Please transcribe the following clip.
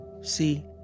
See